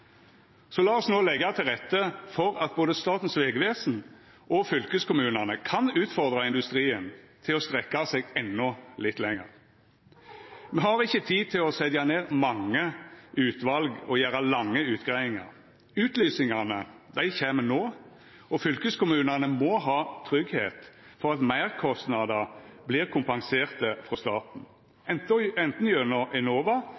Så la oss no leggja til rette for at både Statens vegvesen og fylkeskommunane kan utfordra industrien til å strekkja seg endå litt lenger. Me har ikkje tid til å setja ned mange utval og laga lange utgreiingar. Utlysingane kjem no, og fylkeskommunane må vera trygge for at meirkostnader vert kompenserte frå staten – anten gjennom Enova